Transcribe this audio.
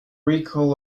recall